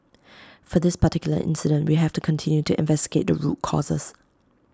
for this particular incident we have to continue to investigate the root causes